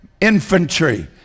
infantry